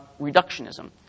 reductionism